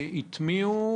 הטמיעו.